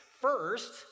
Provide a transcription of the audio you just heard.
first